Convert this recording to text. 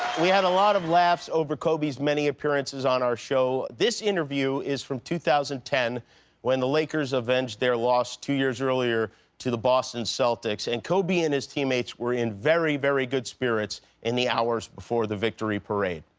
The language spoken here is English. we had a lot of laughs over kobe's many appearances on our show. this interview is from two thousand and ten when the lakers avenged their loss two years earlier to the boston celtics. and kobe and his teammates were in very, very good spirits in the hours before the victory parade.